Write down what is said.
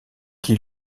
qui